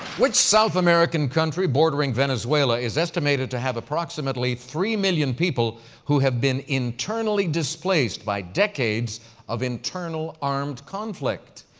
which south american country bordering venezuela is estimated to have approximately three million people who have been internally displaced by decades of internal armed conflict?